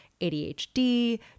ADHD